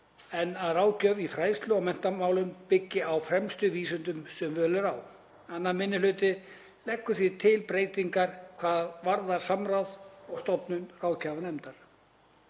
en að ráðgjöf í fræðslu- og menntamálum skuli byggjast á fremstu vísindum sem völ er á. 2. minni hluti leggur því til breytingar hvað varðar samráð og stofnun ráðgjafarnefndar.